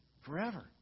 forever